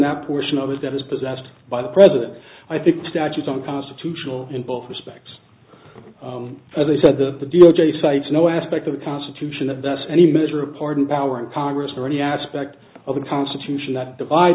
that portion of it that is possessed by the president i think the statute unconstitutional in both respects as i said that the d o j cites no aspect of the constitution that that's any measure of pardon power in congress or any aspect of the constitution that divide